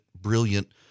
brilliant